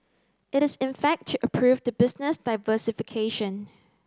it is in fact to approve the business diversification